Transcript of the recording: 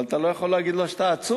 אבל אתה לא יכול להגיד לו: אתה עצור,